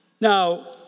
Now